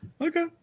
Okay